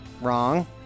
Wrong